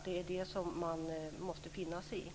Det är vad man måste finna sig i.